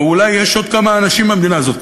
או אולי יש עוד כמה אנשים במדינה הזאת,